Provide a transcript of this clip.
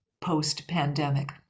post-pandemic